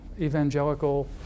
evangelical